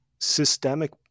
systemic